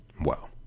Wow